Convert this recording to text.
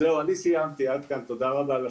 אני סיימתי, תודה רבה.